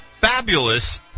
fabulous